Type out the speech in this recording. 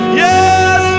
yes